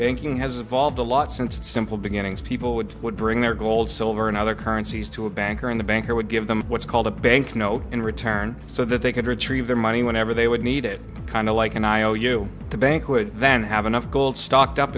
banking has evolved a lot since simple beginnings people would would bring their gold silver and other currencies to a banker in the bank or would give them what's called a bank note in return so that they could retrieve their money whenever they would need it kind of like an iou the bank would then have enough gold stocked up